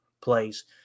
plays